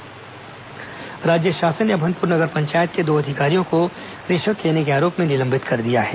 अधिकारी निलंबन राज्य शासन ने अभनपुर नगर पंचायत के दो अधिकारियों को रिश्वत लेने के आरोप में निलंबित कर दिया है